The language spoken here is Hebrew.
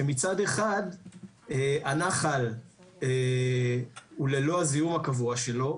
שמצד אחד הנחל הוא ללא הזיהום הקבוע שלו,